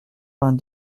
vingt